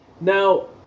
now